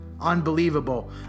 Unbelievable